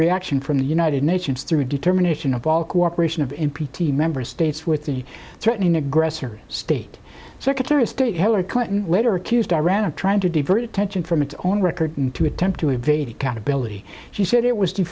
reaction from the united nations through determination of all cooperation of n p t member states with the threatening aggressor state secretary of state hillary clinton later accused iran of trying to divert attention from its own record to attempt to evade accountability she said it was d